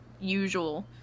usual